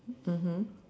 mmhmm